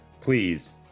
Please